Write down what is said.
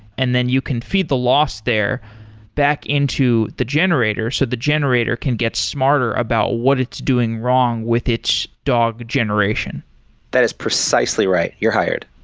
and then you can feed the lost there back into the generator, so the generator can get smarter about what it's doing wrong with its dog generation that is precisely right. you're hired